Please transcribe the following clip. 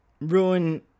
ruin